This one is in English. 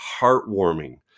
heartwarming